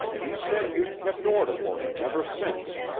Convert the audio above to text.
he said you'd kept order for him ever since,